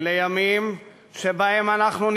אלה ימים שבהם אנחנו,